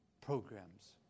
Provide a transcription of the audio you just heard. programs